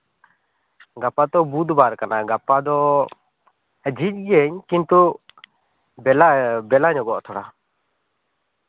ᱜᱟᱯᱟ ᱛᱚ ᱵᱩᱫᱷᱵᱟᱨ ᱠᱟᱱᱟ ᱜᱟᱯᱟ ᱫᱚ ᱡᱷᱤᱡᱽ ᱜᱤᱭᱟᱹᱧ ᱠᱤᱱᱛᱩ ᱵᱮᱞᱟ ᱵᱮᱞᱟ ᱧᱚᱜᱚᱜᱼᱟ ᱛᱷᱚᱲᱟ